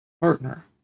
partner